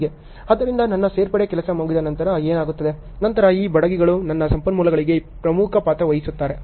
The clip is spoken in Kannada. ಆದ್ದರಿಂದ ನನ್ನ ಸೇರ್ಪಡೆ ಕೆಲಸ ಮುಗಿದ ನಂತರ ಏನಾಗುತ್ತದೆ ನಂತರ ಈ ಬಡಗಿಗಳು ನನ್ನ ಸಂಪನ್ಮೂಲಗಳಿಗೆ ಪ್ರಮುಖ ಪಾತ್ರ ವಹಿಸುತ್ತಾರೆ